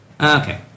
Okay